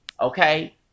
Okay